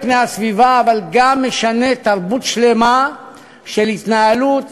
פני הסביבה אבל גם משנה תרבות שלמה של התנהלות,